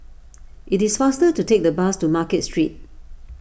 it is faster to take the bus to Market Street